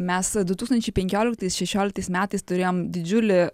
mes du tūkstančiai penkioliktais šešioliktais metais turėjom didžiulį